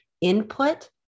input